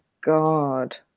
God